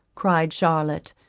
cried charlotte,